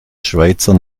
schweizer